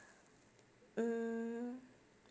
um